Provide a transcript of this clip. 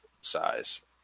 size